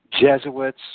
Jesuits